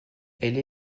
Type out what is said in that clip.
elle